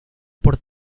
por